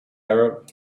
arab